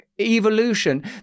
evolution